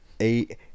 eight